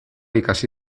ikasi